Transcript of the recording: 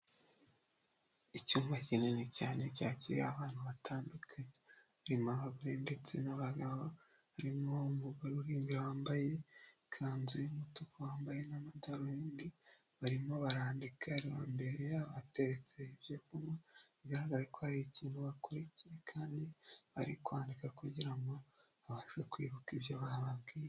Icyumba kinini cyane cyakiriye abantu batandukanye. Harimo abagore ndetse n'abagabo, barimo umugore uri imbere wambaye ikanzu y'umutuku wambaye n'amadarubindi, barimo barandika imbere yabo hateretse ibyo kunywa, bigaragara ko hari ikintu bakurikiye kandi bari kwandika kugira ngo babashe kwibuka ibyo bababwiye.